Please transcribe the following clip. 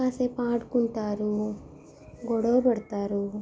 కాసేపు ఆడుకుంటారు గొడవ పడతారు